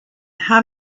how